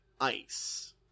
ice